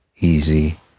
easy